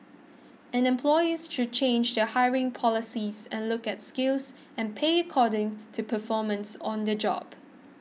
and employers should change their hiring policies and look at skills and pay according to performance on the job